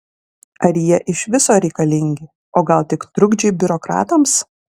ar jie iš viso reikalingi o gal tik trukdžiai biurokratams